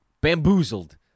Bamboozled